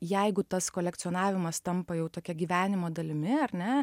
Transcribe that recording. jeigu tas kolekcionavimas tampa jau tokia gyvenimo dalimi ar ne